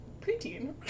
preteen